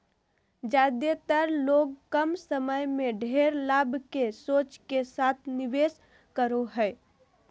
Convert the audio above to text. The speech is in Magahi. ज्यादेतर लोग कम समय में ढेर लाभ के सोच के साथ निवेश करो हइ